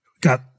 got